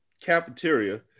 cafeteria